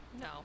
no